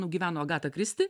nugyveno agata kristi